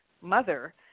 mother